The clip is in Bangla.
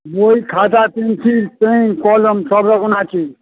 বই খাতা পেন্সিল পেন কলম সব রকম আছে